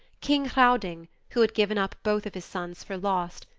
king hrauding, who had given up both of his sons for lost,